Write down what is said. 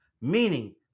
meaning